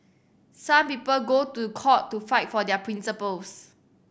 some people go to court to fight for their principles